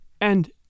And